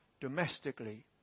Domestically